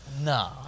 Nah